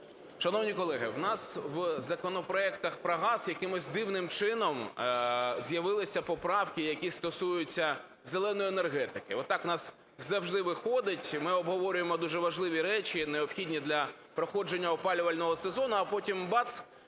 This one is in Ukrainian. Шановні колеги, в нас у законопроектах про газ якимось дивним чином з'явилися поправки, які стосуються "зеленої" енергетики. Отак у нас завжди виходить. Ми обговорюємо дуже важливі речі, необхідні для проходження опалювального сезону, а потім бац